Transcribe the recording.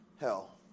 Hell